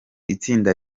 itsinda